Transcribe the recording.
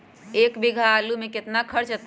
एक बीघा आलू में केतना खर्चा अतै?